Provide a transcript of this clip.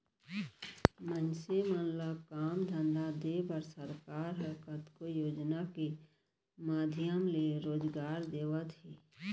मनसे मन ल काम धंधा देय बर सरकार ह कतको योजना के माधियम ले रोजगार देवत हे